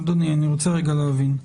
אדוני, אני רוצה להבין.